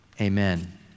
amen